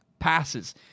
passes